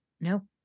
No